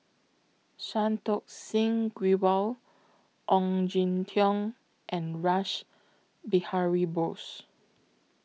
Santokh Singh Grewal Ong Jin Teong and Rash Behari Bose